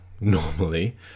normally